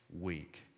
week